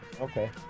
Okay